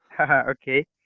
Okay